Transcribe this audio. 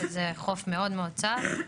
שזה חוף מאוד מאוד צר.